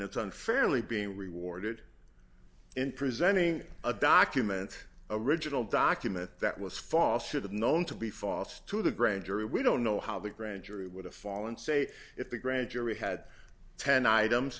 it's unfairly being rewarded in presenting a document original document that was false should have known to be false to the grand jury we don't know how the grand jury would have fallen say if the grand jury had ten items